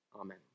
Amen